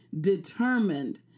determined